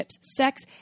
sex